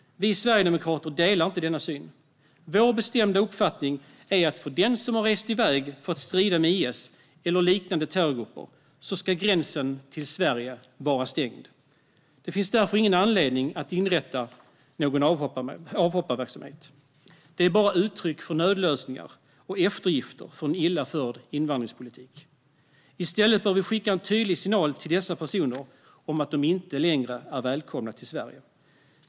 Förebyggande av våldsbejakande extremism och Granskning av meddelande om EU:s stöd till förebyggande arbete mot våldsbeja-kande extremism Vår bestämda uppfattning är att för den som har rest i väg för att strida med IS eller liknande terrorgrupper ska gränsen till Sverige vara stängd. Det finns därför ingen anledning att inrätta någon avhopparverksamhet. Det är bara uttryck för nödlösningar och eftergifter för en illa förd invandringspolitik. I stället bör vi skicka en tydlig signal till dessa personer om att de inte längre är välkomna till Sverige.